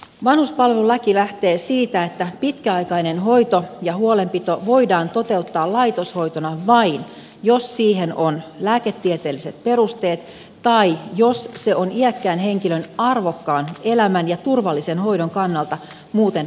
vanhuspalvelulaki lähtee siitä että pitkäaikainen hoito ja huolenpito voidaan toteuttaa laitoshoitona vain jos siihen on lääketieteelliset perusteet tai jos se on iäkkään henkilön arvokkaan elämän ja turvallisen hoidon kannalta muuten perusteltua